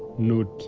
nud,